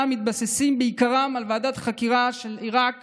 מתבססים בעיקרם על ועדת חקירה של עיראק